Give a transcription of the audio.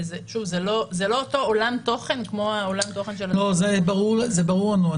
זה לא אותו עולם תוכן כמו עולם תוכן של --- זה ברור לנו.